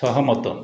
ସହମତ